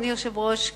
אדוני היושב-ראש,